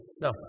No